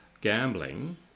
gambling